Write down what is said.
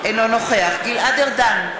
אינו נוכח גלעד ארדן,